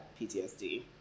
PTSD